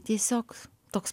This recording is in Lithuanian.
tiesiog toks